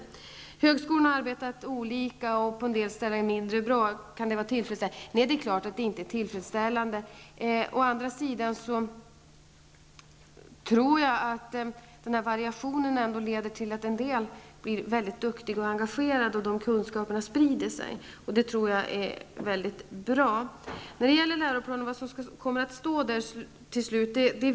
Ulla Petterson säger att högskolorna har arbetat olika och på en del ställen mindre bra och frågar om det kan vara tillfredsställande. Nej, det är självfallet inte tillfredsställande. Å andra sidan tror jag att denna variation ändå leder till att en del blir mycket duktiga och engagerade och att dessa kunskaper sprider sig. Det tror jag är mycket bra. Jag vet inte vad som slutligen kommer att stå i läroplanen.